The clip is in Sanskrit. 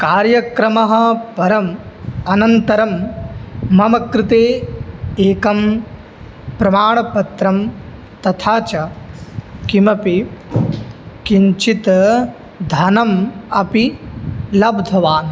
कार्यक्रमं परम् अनन्तरं मम कृते एकं प्रमाणपत्रं तथा च किमपि किञ्चित् धनम् अपि लब्धवान्